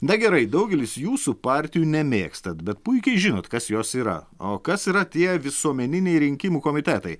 na gerai daugelis jūsų partijų nemėgstat bet puikiai žinot kas jos yra o kas yra tie visuomeniniai rinkimų komitetai